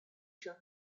shall